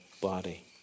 body